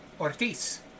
Ortiz